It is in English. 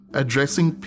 addressing